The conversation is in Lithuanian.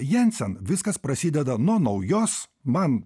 jensen viskas prasideda nuo naujos man